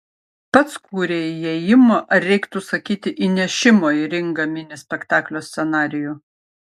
pats kūrei įėjimo ar reiktų sakyti įnešimo į ringą mini spektaklio scenarijų